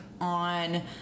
on